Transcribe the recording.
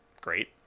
great